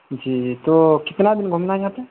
جی تو کتنا دن گھومنا ہے یہاں پہ